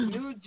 New